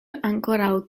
ankoraŭ